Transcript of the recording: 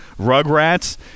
Rugrats